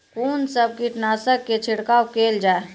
कून सब कीटनासक के छिड़काव केल जाय?